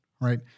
right